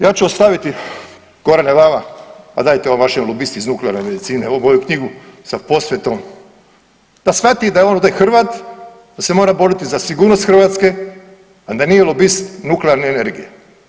Ja ću ostaviti Gorane vama, pa dajte ovo vašem lobisti iz nuklearne medicine, ovu moju knjigu sa posvetom da shvati da je on, da je Hrvat da se mora boriti za sigurnost Hrvatske, a da nije lobist nuklearne energije.